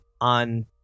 on